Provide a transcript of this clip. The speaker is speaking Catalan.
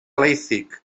leipzig